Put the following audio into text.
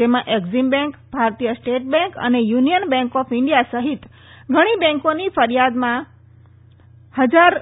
જેમાં Exim bank ભારતીય state bank અને યુનિયન બેંક ઓફ ઇન્ડિયા સહિત ઘણી બેંકોની ફરીયાદમાં હજાર